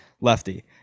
lefty